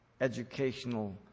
educational